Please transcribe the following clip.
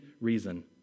reason